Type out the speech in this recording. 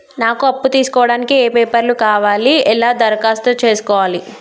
నాకు అప్పు తీసుకోవడానికి ఏ పేపర్లు కావాలి ఎలా దరఖాస్తు చేసుకోవాలి?